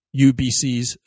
UBCs